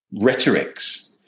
rhetorics